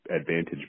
Advantage